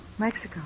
Mexico